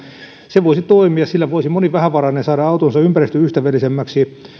se voisi toimia sillä voisi moni vähävarainen saada autonsa ympäristöystävällisemmäksi